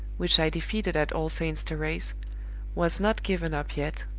which i defeated at all saints' terrace, was not given up yet,